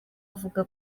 avuga